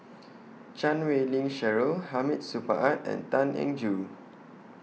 Chan Wei Ling Cheryl Hamid Supaat and Tan Eng Joo